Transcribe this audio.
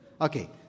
Okay